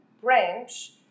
branch